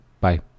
Bye